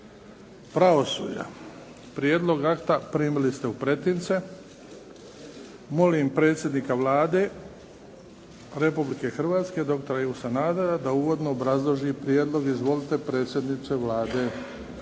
pravosuđa Prijedlog akta primili ste u pretince. Molim predsjednika Vlade Republike Hrvatske, dr. Ivu Sanadera, da uvodno obrazloži prijedlog. Izvolite, predsjedniče Vlade.